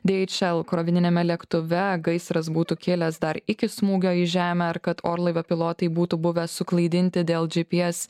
di eič el krovininiame lėktuve gaisras būtų kilęs dar iki smūgio į žemę ar kad orlaivio pilotai būtų buvę suklaidinti dėl dži ps